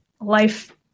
life